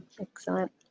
Excellent